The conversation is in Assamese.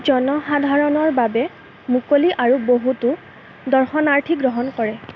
জনসাধাৰণৰ বাবে মুকলি আৰু বহুতো দৰ্শনাৰ্থী গ্ৰহণ কৰে